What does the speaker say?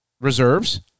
reserves